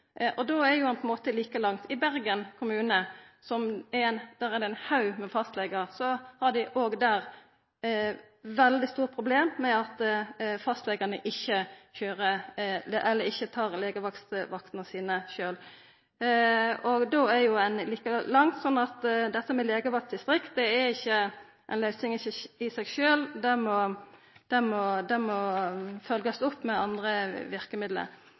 og då er ein jo like langt. I Bergen kommune, der det er mange fastlegar, har dei òg eit veldig stort problem med at fastlegane ikkje tar legevaktvaktane sine sjølv. Då er ein like langt, så dette med legevaktdistrikt er ikkje ei løysing i seg sjølv. Det må følgjast opp med andre verkemiddel.